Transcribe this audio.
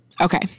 Okay